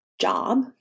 job